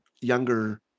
younger